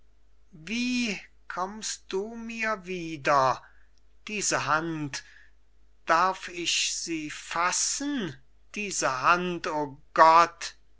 wie kommst du mir wieder diese hand darf ich sie fassen diese hand o gott